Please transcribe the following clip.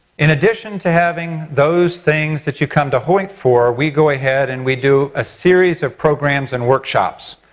in addition to having those things that you come to hoyt for, we go ahead and we do a series of programs and workshops.